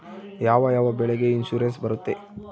ಯಾವ ಯಾವ ಬೆಳೆಗೆ ಇನ್ಸುರೆನ್ಸ್ ಬರುತ್ತೆ?